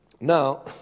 Now